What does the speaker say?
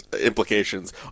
implications